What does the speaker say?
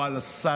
או על שרים.